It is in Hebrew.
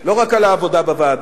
לא רק על העבודה בוועדה,